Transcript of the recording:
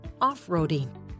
off-roading